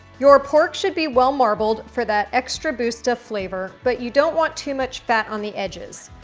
your pork should be well-marbled for that extra boost of flavor, but you don't want too much fat on the edges.